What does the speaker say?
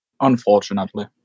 unfortunately